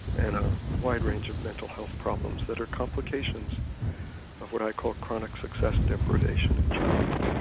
and a wide range of mental health problems that are complications of what i call chronic success deprivation in childhood.